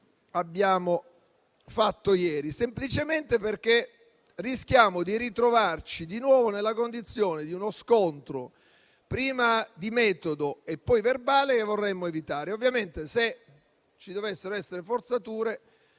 abbiamo fatto ieri, semplicemente perché rischiamo di ritrovarci di nuovo nella condizione di uno scontro, prima di metodo e poi verbale, e vorremmo evitarlo. Ovviamente, se ci dovessero essere forzature,